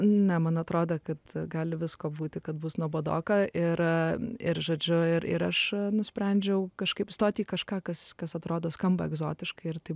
na man atrodo kad gali visko būti kad bus nuobodoka ir ir žodžiu ir ir aš nusprendžiau kažkaip stoti į kažką kas kas atrodo skamba egzotiškai ir tai